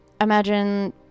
imagine